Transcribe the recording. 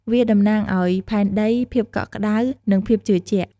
វាតំណាងឱ្យផែនដី ភាពកក់ក្តៅ និងភាពជឿជាក់។